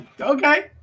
Okay